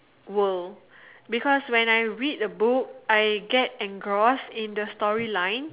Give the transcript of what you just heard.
world because when I read the book I get engrossed in the story line